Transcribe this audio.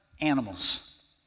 animals